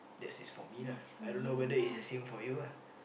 that is for me lah I don't know whether it's the same for you lah